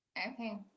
Okay